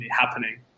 happening